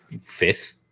fifth